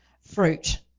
fruit